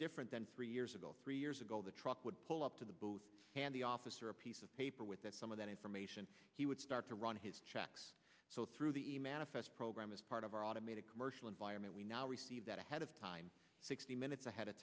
different than three years ago three years ago the truck would pull up to the booth and the officer a piece of paper with some of that information he would start to run his checks so through the e manifest program as part of our automated commercial environment we now receive that ahead of time sixty minutes ahead of